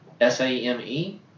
S-A-M-E